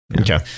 Okay